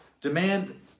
Demand